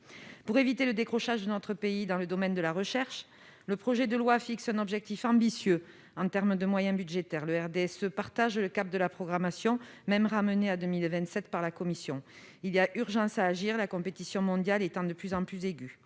Pour éviter le décrochage de notre pays dans le domaine de la recherche, le projet de loi fixe un objectif ambitieux en termes de moyens budgétaires. Le groupe du RDSE partage l'avis de la commission, qui a ramené le cap de la programmation à 2027. Il y a urgence à agir, la compétition mondiale étant de plus en plus aiguë.